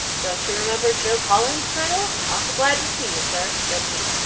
don't you remember joe collins, colonel? awful glad to see you, sir, said he.